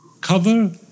cover